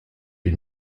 die